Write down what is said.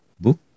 book